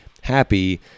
happy